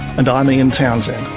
and i'm ian townsend